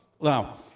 Now